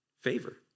favor